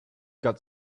got